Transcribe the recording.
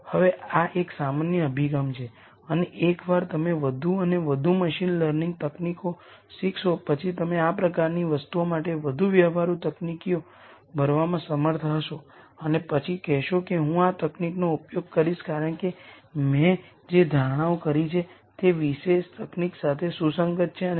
હવે આ એક સામાન્ય અભિગમ છે અને એકવાર તમે વધુ અને વધુ મશીન લર્નિંગ તકનીકો શીખશો પછી તમે આ પ્રકારની વસ્તુઓ માટે વધુ વ્યવહારુ તકનીકીઓ ભરવામાં સમર્થ હશો અને પછી કહેશો કે હું આ તકનીકનો ઉપયોગ કરીશ કારણ કે મેં જે ધારણાઓ કરી છે તે તે વિશેષ તકનીક સાથે સુસંગત છે